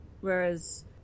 whereas